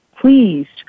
pleased